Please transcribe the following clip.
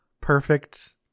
perfect